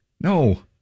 No